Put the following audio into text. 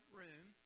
room